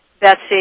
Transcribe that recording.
Betsy